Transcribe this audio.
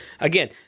again